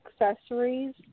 accessories